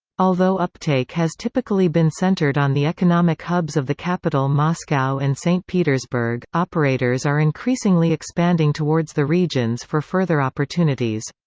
although uptake has typically been centred on the economic hubs of the capital moscow and st petersburg, operators are increasingly expanding towards the regions for further opportunities.